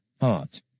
art